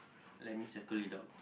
that means I got it out